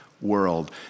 world